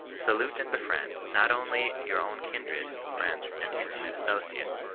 salute and befriend, not only your own kindred, friends, and intimate associates,